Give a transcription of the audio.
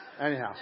anyhow